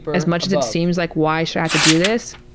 as much as it seems like, why should i have to do this?